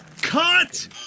Cut